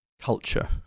culture